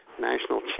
national